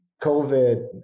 COVID